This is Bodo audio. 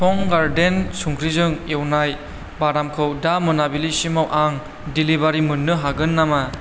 टं गार्डेन संख्रिजों एवनाय बादामखौ दा मोनाबिलिसिमाव आं देलिबारि मोननो हागोन नामा